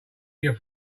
your